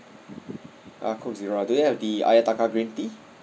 ah coke zero do you have the ayataka green tea